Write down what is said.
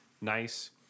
nice